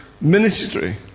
ministry